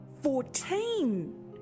Fourteen